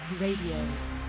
Radio